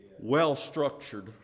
well-structured